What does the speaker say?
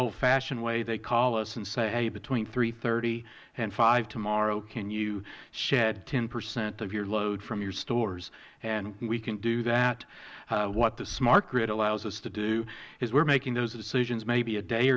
old fashioned way they call us and say hey between and five zero tomorrow can you shed ten percent of your load from your stores and we can do that what the smart grid allows us to do is we are making those decisions maybe a day